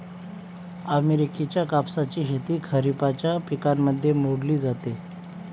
अमेरिकेच्या कापसाची शेती खरिपाच्या पिकांमध्ये मोडली जाते